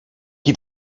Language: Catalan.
qui